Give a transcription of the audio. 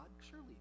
Surely